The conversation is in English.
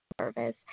service